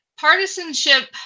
partisanship